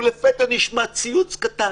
ולפתע נשמע ציוץ קטן,